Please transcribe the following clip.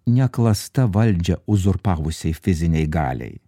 ne klasta valdžią uzurpavusiai fizinei galiai